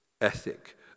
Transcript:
ethic